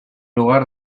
lugar